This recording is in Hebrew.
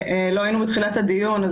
אני מצטערת, לא היינו בתחילת הדיון.